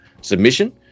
submission